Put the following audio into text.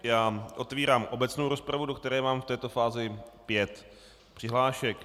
Já otvírám obecnou rozpravu, do které mám v této fázi pět přihlášek.